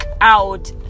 out